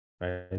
right